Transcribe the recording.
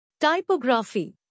Typography